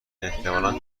احتمالا